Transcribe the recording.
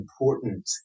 important